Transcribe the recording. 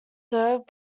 served